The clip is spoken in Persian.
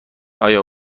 آیا